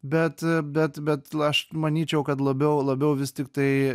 bet bet bet aš manyčiau kad labiau labiau vis tiktai